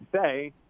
say